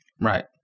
Right